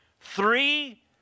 three